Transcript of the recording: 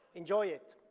enjoy it.